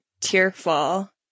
tearful